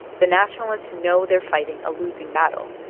the nationalists know they're fighting a losing battle,